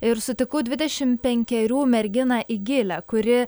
ir sutikau dvidešim penkerių merginą igilę kuri